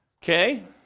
Okay